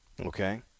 Okay